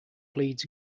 pleads